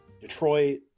Detroit